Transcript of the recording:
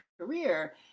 career